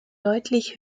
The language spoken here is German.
deutlich